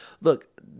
look